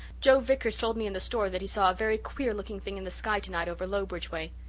joe vickers told me in the store that he saw a very queer looking thing in the sky tonight over lowbridge way.